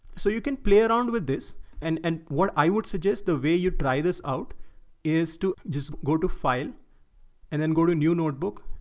so you can play around with this and and what i would suggest, the way you try this out is to just go to file and then go to new notebook,